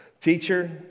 teacher